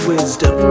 Wisdom